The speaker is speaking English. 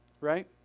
right